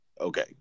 Okay